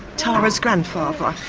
tara's grandfather.